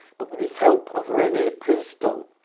but with the help of rene princeteau,